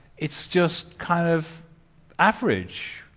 it's just kind of average.